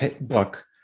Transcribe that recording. book